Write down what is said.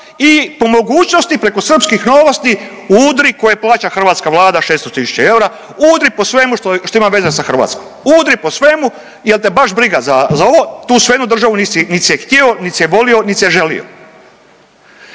i po mogućnosti preko srpskih Novosti udri koje plaća hrvatska Vlada 600 tisuća eura, udri po svemu što, što ima veze sa Hrvatskom, udri po svemu jel te baš briga za, za ovo, tu svejedno državu nisi, nit si je htio, nit si je volio, nit si je želio.